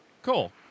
Cool